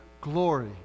glory